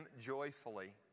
joyfully